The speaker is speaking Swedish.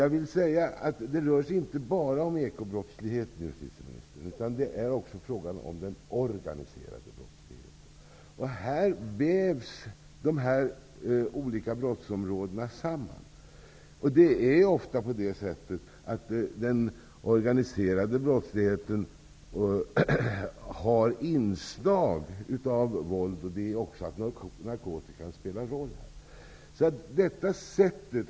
Jag vill säga att det rör sig inte bara om ekobrottslighet, justitieministern, utan det är också fråga om den organiserade brottsligheten. Här vävs de olika brottsområdena samman. Den organiserade brottsligheten har ofta inslag av våld, och även narkotikan spelar en roll här.